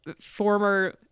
former